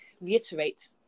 reiterate